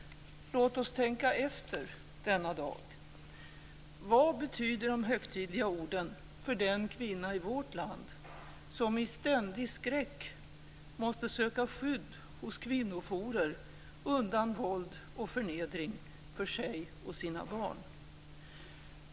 Låt oss tänka efter denna dag. Vad betyder de högtidliga orden för den kvinna i vårt land som i ständig skräck måste söka skydd hos kvinnojourer undan våld och förnedring för sig och sina barn?